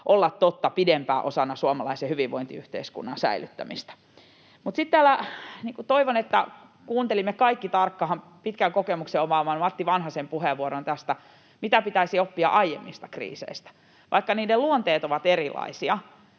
olla totta pidempään osana suomalaisen hyvinvointiyhteiskunnan säilyttämistä. Mutta sitten toivon, että kuuntelimme täällä kaikki tarkkaan pitkän kokemuksen omaavan Matti Vanhasen puheenvuoron tästä, mitä pitäisi oppia aiemmista kriiseistä. Vaikka niiden luonteet ovat erilaisia,